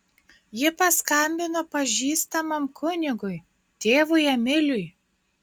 ji paskambino pažįstamam kunigui tėvui emiliui